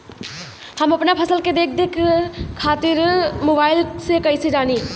हम अपना फसल के देख रेख खातिर मोबाइल से कइसे जानी?